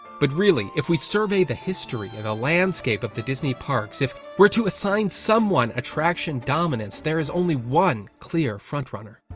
but really, if we survey the history and the landscape of the disney parks, if we're to assign someone attraction dominance there is only one clear frontrunner.